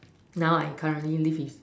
now I currently live with